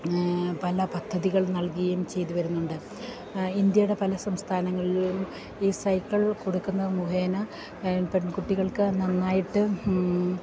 പല പദ്ധതികൾ നൽകയും ചെയ്തുവരുന്നുണ്ട് ഇന്ത്യയുടെ പല സംസ്ഥാനങ്ങളിലും ഈ സൈക്കിൾ കൊടുക്കുന്നതു മുഖേന പെൺകുട്ടികൾക്കു നന്നായിട്ട്